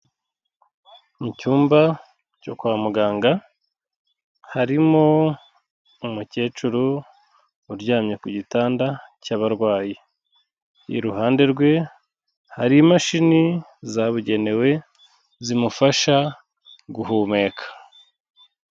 Mu cyumba cyo kwa muganga harimo umukecuru uryamye ku gitanda cy'abarwayi. Iruhande rwe hari imashini zabugenewe zimufasha guhumeka.